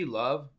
love